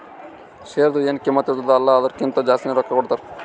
ಶೇರ್ದು ಎನ್ ಕಿಮ್ಮತ್ ಇರ್ತುದ ಅಲ್ಲಾ ಅದುರ್ಕಿಂತಾ ಜಾಸ್ತಿನೆ ರೊಕ್ಕಾ ಕೊಡ್ತಾರ್